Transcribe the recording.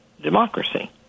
democracy